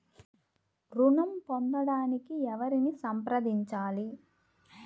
ఋణం పొందటానికి ఎవరిని సంప్రదించాలి?